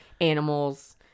animals